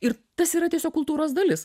ir tas yra tiesiog kultūros dalis